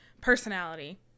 personality